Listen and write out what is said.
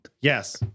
Yes